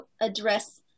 address